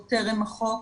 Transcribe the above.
עוד טרם החוק,